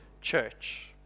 church